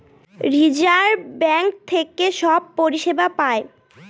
reserve bank থেকে সব পরিষেবা পায়